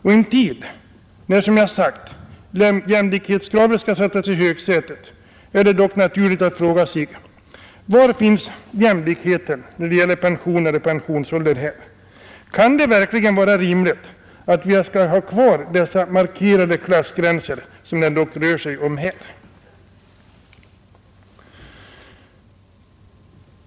I en tid när, som jag sagt, jämlikhetskravet skall sättas i högsätet är det dock naturligt att fråga sig: Var finns jämlikheten när det gäller pensioner och pensionsålder? Kan det verkligen vara rimligt att vi skall ha kvar de markerade klassgränser som det ändock rör sig om här?